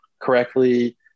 correctly